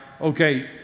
Okay